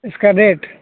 اس کا ریٹ